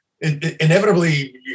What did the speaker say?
inevitably